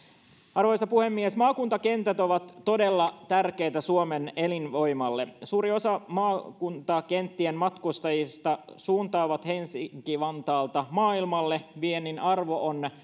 arvoisa puhemies maakuntakentät ovat todella tärkeitä suomen elinvoimalle suuri osa maakuntakenttien matkustajista suuntaa helsinki vantaalta maailmalle viennin arvo